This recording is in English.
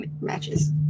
matches